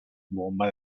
bomba